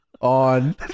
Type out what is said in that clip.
on